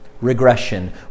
regression